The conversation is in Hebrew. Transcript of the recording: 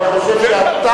ואני גם חושב שאתה,